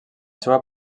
seua